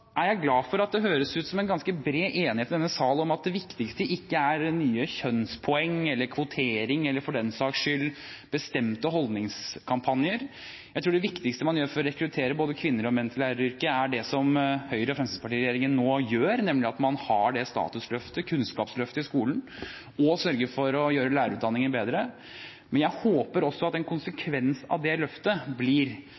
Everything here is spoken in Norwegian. er jeg glad for at det høres ut som om det er ganske bred enighet i denne salen om at det viktigste ikke er nye kjønnspoeng, kvotering eller for den saks skyld, bestemte holdningskampanjer. Jeg tror det viktigste man gjør for å rekruttere både kvinner og menn til læreryrket, er det som Høyre–Fremskrittsparti-regjeringen nå gjør, nemlig at man har det statusløftet, kunnskapsløftet i skolen, og sørger for å gjøre lærerutdanningen bedre. Jeg håper også at en konsekvens av det løftet blir